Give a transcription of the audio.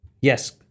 Yes